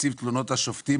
נציב תלונות השופטים,